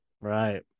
right